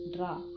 Draw